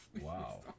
wow